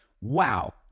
wow